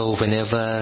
whenever